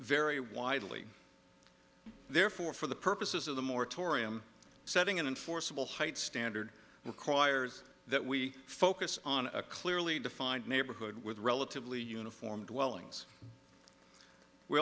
vary widely therefore for the purposes of the moratorium setting in enforceable height standard requires that we focus on a clearly defined neighborhood with relatively uniform dwellings we